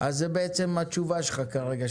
זאת בעצם התשובה שלך כרגע,